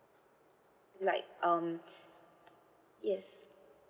like um yes